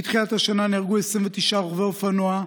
מתחילת השנה נהרגו 29 רוכבי אופנוע.